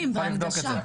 נוכל לבדוק את זה.